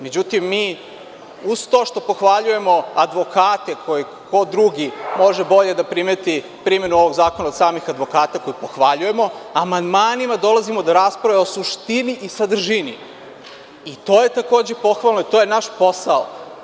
Međutim, mi uz to što pohvaljujemo advokate, ko drugi može bolje da primeti primenu ovog zakona od samih advokata, koji pohvaljujemo, amandmanima dolazimo do rasprave o suštini i sadržini i to je takođe pohvalno, jer to je naš posao.